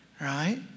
right